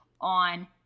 on